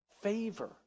Favor